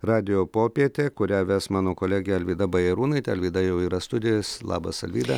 radijo popietė kurią ves mano kolegė alvyda bajarūnaitė alvyda jau yra studijas labas alvyda